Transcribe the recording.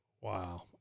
Wow